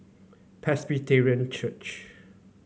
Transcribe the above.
Presbyterian Church